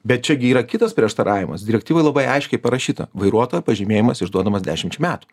bet čia gi yra kitas prieštaravimas direktyvoj labai aiškiai parašyta vairuotojo pažymėjimas išduodamas dešimčiai metų